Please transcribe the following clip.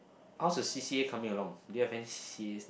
ours the C_C_A coming along they have any C_C_As